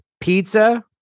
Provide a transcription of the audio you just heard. pizza